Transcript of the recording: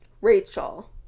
Rachel